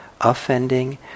offending